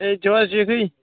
ہَے چھِو حظ ٹھیٖکٕے